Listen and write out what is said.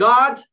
God